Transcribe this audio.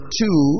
two